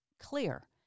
clear